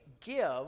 give